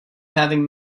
having